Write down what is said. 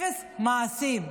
אפס מעשים.